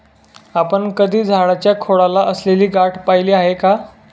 आपण कधी झाडाच्या खोडाला असलेली गाठ पहिली आहे का?